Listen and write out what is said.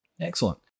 Excellent